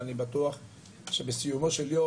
ואני בטוח שבסיומו של יום,